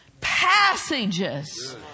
passages